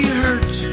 hurt